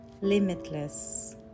limitless